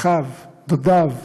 אחיו, דודיו,